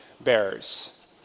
bearers